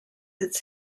its